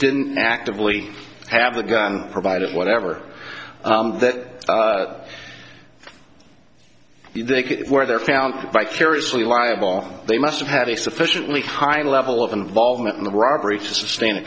didn't actively have a gun provided whatever that they were there found vicariously liable they must have had a sufficiently high level of involvement in the robbery to sustain a